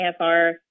AFR